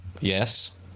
Yes